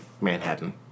Manhattan